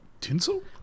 Tinsel